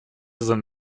sind